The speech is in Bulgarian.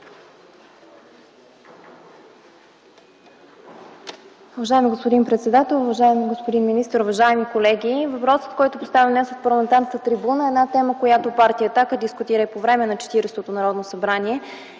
Уважаеми господин председател, уважаеми господин министър, уважаеми колеги! Въпросът, който поставям от парламентарната трибуна, е тема, която партия „Атака” дискутира и по време на 40-то Народно събрание,